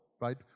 right